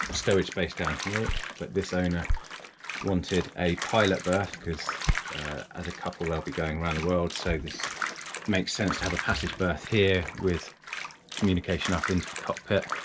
but stowage base down here, but this owner wanted a pilot berth, because as a couple they'll be going around the world, so this makes sense to have a passage berth here, with communication up into the cockpit,